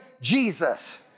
Jesus